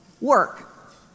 work